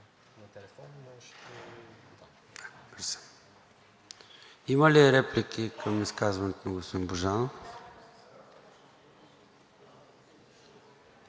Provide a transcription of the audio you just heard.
Има ли реплики към изказването на господин Божанов.